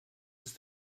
ist